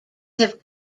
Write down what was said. have